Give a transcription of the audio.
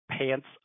Pants